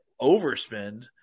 overspend